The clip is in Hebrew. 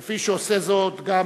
כפי שעושה זאת גם